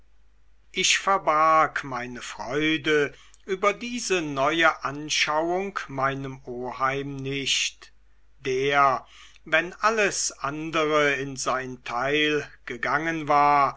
ich verbarg meine freude über diese neue anschauung meinem oheim nicht der wenn alles andere in sein teil gegangen war